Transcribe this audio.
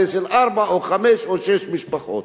זה של ארבע או חמש או שש משפחות.